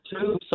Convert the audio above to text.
two